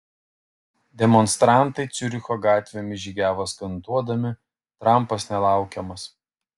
demonstrantai ciuricho gatvėmis žygiavo skanduodami trampas nelaukiamas